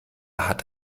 hat